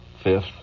Fifth